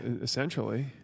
essentially